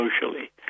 socially